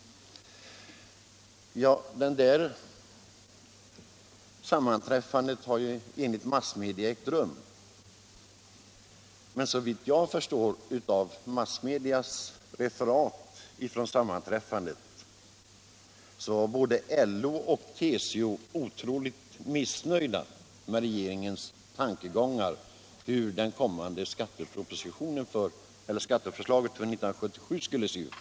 Ja, enligt massmedia har ett Nr 46 sammanträffande ägt rum; men såvitt jag förstår av referaten var både Onsdagen den LO och TCO otroligt missnöjda med regeringens tankar om hur skat 15 december 1976 teförslaget för 1977 skulle se ut.